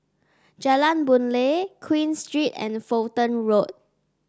Jalan Boon Lay Queen Street and Fulton Road